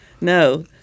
No